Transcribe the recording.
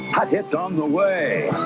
hot hits on the way.